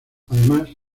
además